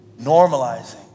normalizing